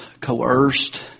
coerced